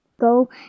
Go